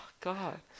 God